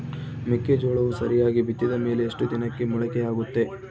ಮೆಕ್ಕೆಜೋಳವು ಸರಿಯಾಗಿ ಬಿತ್ತಿದ ಮೇಲೆ ಎಷ್ಟು ದಿನಕ್ಕೆ ಮೊಳಕೆಯಾಗುತ್ತೆ?